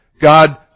God